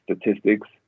statistics